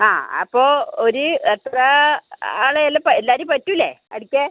ആ അപ്പോൾ ഒരു എത്ര ആളെ എല്ലപ്പാ എല്ലാവരുടെയും പറ്റില്ലേ അടിക്കാൻ